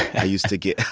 i used to get,